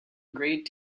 great